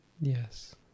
Yes